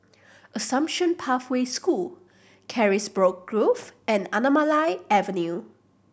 Assumption Pathway School Carisbrooke Grove and Anamalai Avenue